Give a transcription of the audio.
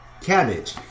cabbage